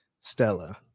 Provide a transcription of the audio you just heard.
stella